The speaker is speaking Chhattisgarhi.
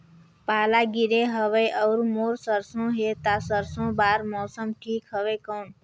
पाला गिरे हवय अउर मोर सरसो हे ता सरसो बार मौसम ठीक हवे कौन?